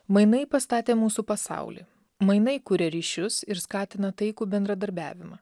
mainai pastatė mūsų pasaulį mainai kuria ryšius ir skatina taikų bendradarbiavimą